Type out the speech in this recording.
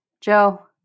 Joe